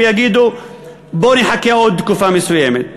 ויגידו: בואו נחכה עוד תקופה מסוימת.